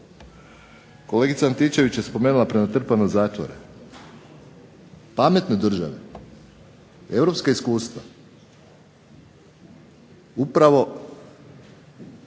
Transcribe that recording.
Kolegica Antičević je spomenula prenatrpanost zatvora. Pametne države, europska iskustva upravo